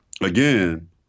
again